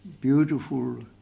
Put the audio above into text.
beautiful